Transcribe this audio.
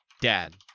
Dad